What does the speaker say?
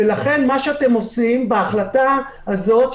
ולכן מה שאתם עושים בהחלטה הזאת,